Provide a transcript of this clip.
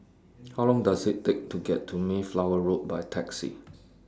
How Long Does IT Take to get to Mayflower Road By Taxi